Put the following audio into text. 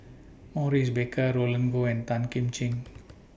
Maurice Baker Roland Goh and Tan Kim Ching